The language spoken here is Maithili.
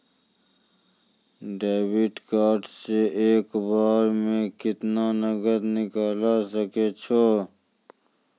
डेबिट कार्ड से एक बार मे केतना नगद निकाल सके छी?